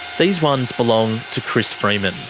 these ones belong to chris freeman,